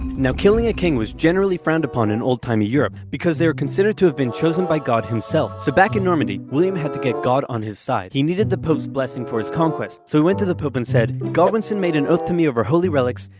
now, killing a king was generally frowned upon in old-time europe, because they were considered to have been chosen by god himself. so back in normandy, william had to get god on his side. he needed the pope's blessing for his conquest, so he went to the pope and said, godwinson made an oath to me over holy relics,